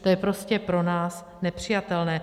To je prostě pro nás nepřijatelné.